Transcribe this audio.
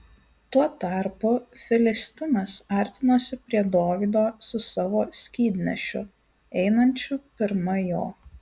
tuo tarpu filistinas artinosi prie dovydo su savo skydnešiu einančiu pirma jo